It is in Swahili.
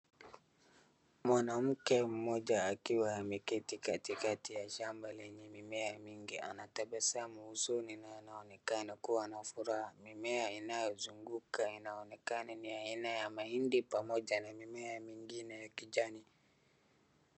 Mwanamke mmoja akiwa ameketi katikati ya shamba lenye mimea mingi, anatabasamu usoni na anaonekana kuwa ana furaha. Mimea inayozunguka inaonekana ni aina ya mahindi pamoja na mimea mengine ya kijani.